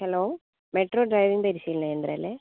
hello metro driving പരിശീലന കേന്ദ്രമല്ലേ